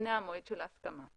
לפני המועד של ההסכמה.